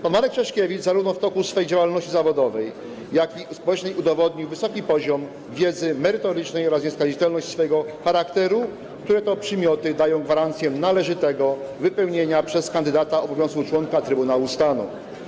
Pan Marek Czeszkiewicz zarówno w toku swej działalności zawodowej, jak i społecznej udowodnił wysoki poziom wiedzy merytorycznej oraz nieskazitelność swojego charakteru, które to przymioty dają gwarancję należytego wypełniania przez kandydata obowiązków członka Trybunału Stanu.